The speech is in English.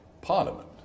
Parliament